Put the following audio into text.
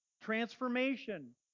Transformation